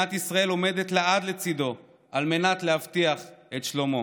מדינת ישראל עומדת לעד לצידו על מנת להבטיח את שלומו.